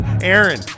Aaron